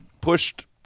pushed